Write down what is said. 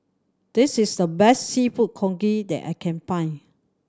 this is the best Seafood Congee that I can find